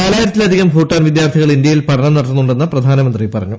നാലായിരത്തിലധികം ഭൂട്ടാൻ വിദ്യാർത്ഥികൾ ഇന്ത്യയിൽ പഠനം നടത്തുന്നുണ്ടെന്ന് പ്രധാനമന്ത്രി പറഞ്ഞു